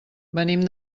venim